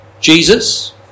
Jesus